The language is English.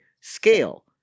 scale